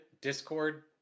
discord